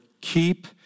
keep